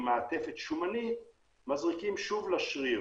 שוב לשריר.